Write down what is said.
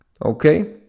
Okay